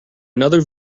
another